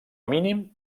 mínim